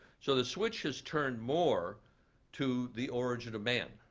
so the switch has turned more to the origin of man,